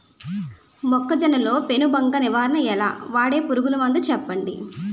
మొక్కజొన్న లో పెను బంక నివారణ ఎలా? వాడే పురుగు మందులు చెప్పండి?